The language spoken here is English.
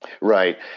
right